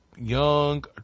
young